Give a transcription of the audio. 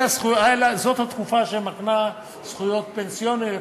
זאת התקופה שמקנה זכויות פנסיוניות.